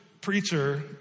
preacher